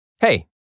Hey